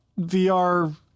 VR